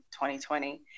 2020